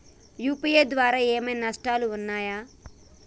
UPI ద్వారా ఏమైనా నష్టాలు ఉన్నయా?